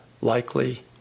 likely